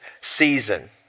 season